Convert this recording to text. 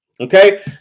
Okay